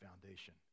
foundation